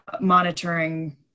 monitoring